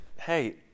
hey